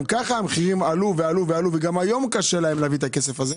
ככה המחירים עלו ועלו וגם היום קשה להם להביא את הכסף הזה,